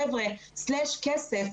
חבר'ה כסף.